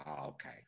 okay